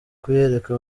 kuyereka